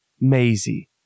Maisie